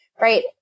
Right